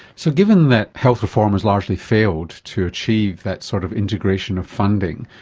so given that health reform has largely failed to achieve that sort of integration of funding,